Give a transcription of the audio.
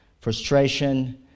frustration